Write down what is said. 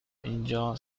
اینجا